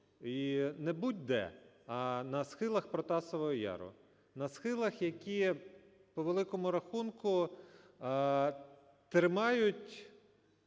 і не будь-де, а на схилах Протасового Яру. На схилах, які по великому рахунку тримають